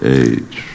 age